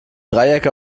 dreiecke